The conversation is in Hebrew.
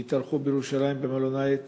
הם התארחו בירושלים במלון "היאט",